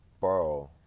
borrow